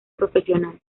profesional